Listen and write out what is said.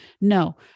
No